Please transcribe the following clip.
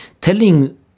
Telling